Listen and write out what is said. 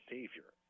Savior